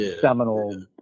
seminal